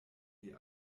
die